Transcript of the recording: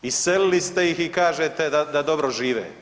Iselili ste ih i kažete da dobro žive.